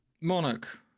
monarch